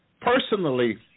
personally